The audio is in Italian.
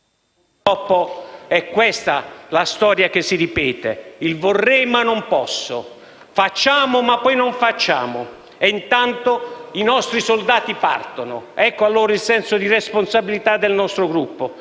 Purtroppo, è questa la storia che si ripete: il vorrei ma non posso, facciamo ma poi non facciamo e intanto i nostri soldati partono. Ecco allora il senso di responsabilità del nostro Gruppo.